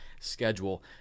schedule